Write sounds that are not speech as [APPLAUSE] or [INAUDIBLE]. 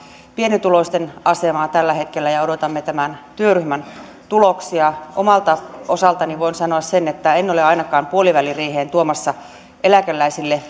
pienituloisten asemaa tällä hetkellä ja odotamme tämän työryhmän tuloksia omalta osaltani voin sanoa sen että en ole ainakaan puoliväliriiheen tuomassa eläkeläisille [UNINTELLIGIBLE]